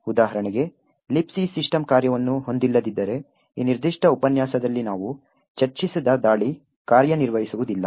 ಉದಾಹರಣೆಗೆ Libc system ಕಾರ್ಯವನ್ನು ಹೊಂದಿಲ್ಲದಿದ್ದರೆ ಈ ನಿರ್ದಿಷ್ಟ ಉಪನ್ಯಾಸದಲ್ಲಿ ನಾವು ಚರ್ಚಿಸಿದ ದಾಳಿ ಕಾರ್ಯನಿರ್ವಹಿಸುವುದಿಲ್ಲ